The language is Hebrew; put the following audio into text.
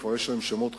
כבר יש להם שמות חדשים,